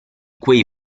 quei